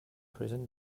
prison